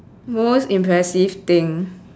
most impressive thing